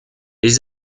les